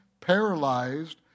paralyzed